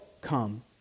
come